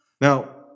Now